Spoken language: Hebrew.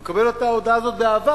אני מקבל את ההודעה הזאת באהבה,